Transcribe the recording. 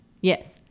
Yes